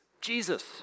Jesus